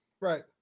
Right